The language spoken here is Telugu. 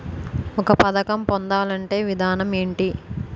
ఒక పథకం పొందాలంటే విధానం ఏంటి?